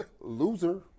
Loser